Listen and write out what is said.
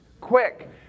Quick